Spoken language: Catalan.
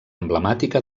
emblemàtica